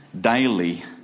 daily